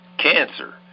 Cancer